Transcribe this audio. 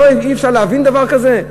אי-אפשר להבין דבר כזה?